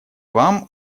вам